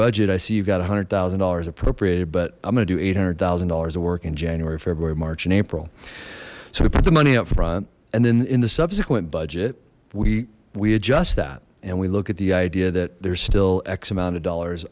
budget i see you've got one hundred thousand dollars appropriated but i'm gonna do eight hundred thousand dollars of work in january february march and april so we put the money up front and then in the subsequent budget we we adjust that and we look at the idea that there's still x amount of dollars